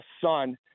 son